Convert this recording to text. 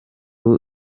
ubu